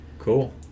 Cool